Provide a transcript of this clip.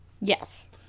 Yes